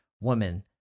woman